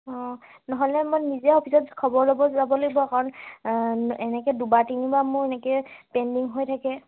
অ নহ'লে মই নিজে অফিচত খবৰ ল'ব যাব লাগিব কাৰণ এনেকৈ দুবাৰ তিনিবাৰ মোৰ এনেকৈ পেণ্ডিং হৈ থাকে